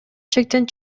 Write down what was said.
чектен